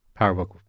PowerBook